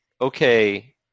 Okay